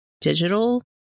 digital